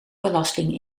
belasting